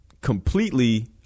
completely